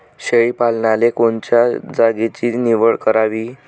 शेळी पालनाले कोनच्या जागेची निवड करावी?